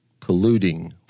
colluding